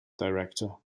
director